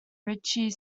richie